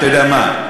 אתה יודע מה,